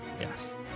Yes